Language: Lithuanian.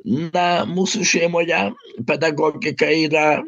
na mūsų šeimoje pedagogika yra